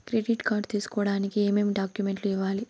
credit card తీసుకోడానికి ఏమేమి డాక్యుమెంట్లు ఇవ్వాలి